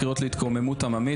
קריאות להתקוממות עממית.